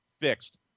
fixed